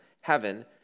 heaven